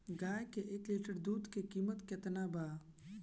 गाय के एक लीटर दूध के कीमत केतना बा?